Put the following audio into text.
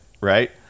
right